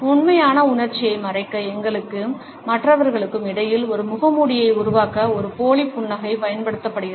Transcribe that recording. உண்மையான உணர்ச்சியை மறைக்க எங்களுக்கும் மற்றவர்களுக்கும் இடையில் ஒரு முகமூடியை உருவாக்க ஒரு போலி புன்னகை பயன்படுத்தப்படுகிறது